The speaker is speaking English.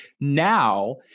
now